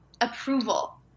approval